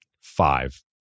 Five